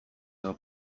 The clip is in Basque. edo